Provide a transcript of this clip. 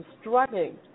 struggling